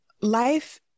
life